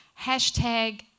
Hashtag